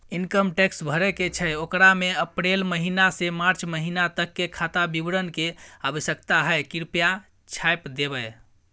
Income tax भरय के छै ओकरा में अप्रैल महिना से मार्च महिना तक के खाता विवरण के आवश्यकता हय कृप्या छाय्प देबै?